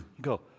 go